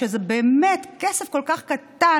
זה באמת כסף כל כך קטן.